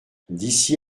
d’ici